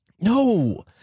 No